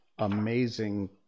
amazing